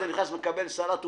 כשאתה נכנס מקבל סלט,